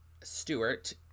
Stewart